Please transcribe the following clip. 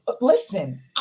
listen